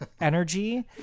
energy